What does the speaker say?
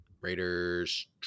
Raiders